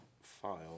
file